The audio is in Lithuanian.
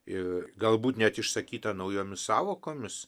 ir galbūt net išsakyta naujomis sąvokomis